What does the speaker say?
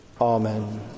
Amen